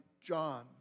John